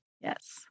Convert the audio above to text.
Yes